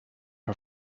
her